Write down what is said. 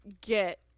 get